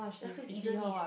ya so is either this